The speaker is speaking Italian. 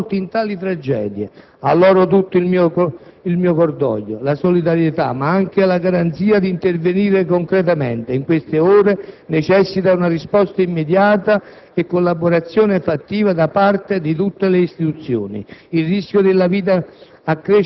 coinvolti in tali tragedie. A loro tutto il mio cordoglio, la solidarietà, ma anche la garanzia di intervenire concretamente. In queste ore necessita una risposta immediata e una collaborazione fattiva da parte di tutte le istituzioni. Il rischio della vita